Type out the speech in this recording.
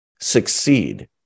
succeed